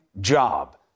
job